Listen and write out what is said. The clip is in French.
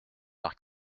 par